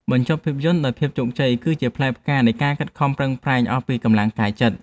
បញ្ចប់ភាពយន្តដោយភាពជោគជ័យគឺជាផ្លែផ្កានៃការខិតខំប្រឹងប្រែងអស់ពីកម្លាំងកាយចិត្ត។